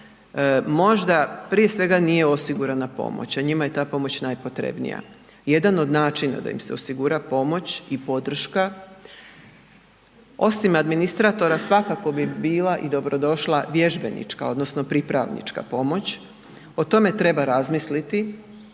možda prije svega nije osigurana pomoć, a njima je ta pomoć najpotrebnija. Jedan od načina da im se osigura pomoć i podrška, osim administratora svakako bi bila i dobrodošla vježbenička odnosno pripravnička pomoć, o tome treba razmisliti